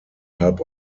halb